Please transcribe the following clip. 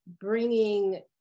bringing